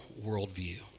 worldview